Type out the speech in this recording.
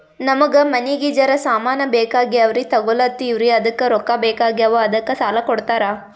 ನಮಗ ಮನಿಗಿ ಜರ ಸಾಮಾನ ಬೇಕಾಗ್ಯಾವ್ರೀ ತೊಗೊಲತ್ತೀವ್ರಿ ಅದಕ್ಕ ರೊಕ್ಕ ಬೆಕಾಗ್ಯಾವ ಅದಕ್ಕ ಸಾಲ ಕೊಡ್ತಾರ?